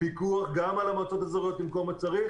פיקוח גם על המועצות האזוריות עם כל מה שצריך.